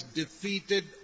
defeated